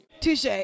Touche